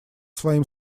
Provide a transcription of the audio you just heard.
своим